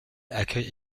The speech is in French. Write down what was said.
accueille